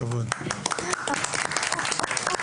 מחיאות כפיים.